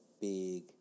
big